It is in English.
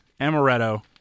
amaretto